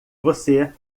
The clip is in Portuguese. você